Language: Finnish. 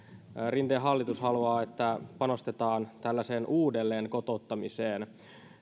rinteen hallitus haluaa että panostetaan tällaiseen uudelleen kotouttamiseen